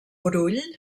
brull